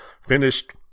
Finished